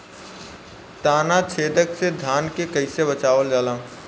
ताना छेदक से धान के कइसे बचावल जाला?